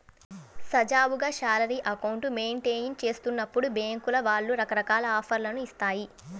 సజావుగా salary account maintain చేస్తున్నప్పుడు బ్యేంకుల వాళ్ళు రకరకాల ఆఫర్లను ఇత్తాయి